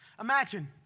Imagine